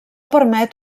permet